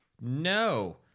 no